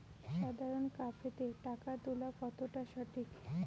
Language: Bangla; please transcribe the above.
সাধারণ ক্যাফেতে টাকা তুলা কতটা সঠিক?